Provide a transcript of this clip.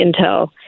intel